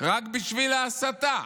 רק בשביל ההסתה.